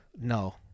No